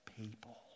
people